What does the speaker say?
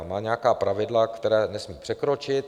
Má nějaká pravidla, která nesmí překročit.